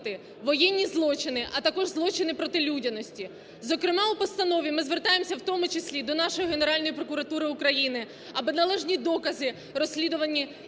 воєнні злочини, а також злочини проти людяності. Зокрема у постанові ми звертаємося в тому числі до нашої Генеральної прокуратури України, аби належні докази, розслідувані